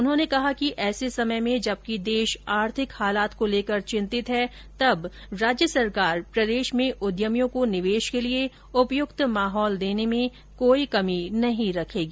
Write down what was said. उन्होंने कहा कि ऐसे समय में जबकि देश आर्थिक हालात को लेकर चितिंत है तब राज्य सरकार प्रदेश में उद्यमियों को निवेश के लिये उपयुक्त माहौल देने में कोई कमी नहीं रखेगी